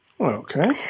Okay